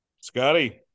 scotty